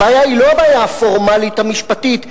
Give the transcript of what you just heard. הבעיה היא לא הבעיה הפורמלית המשפטית.